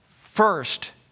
first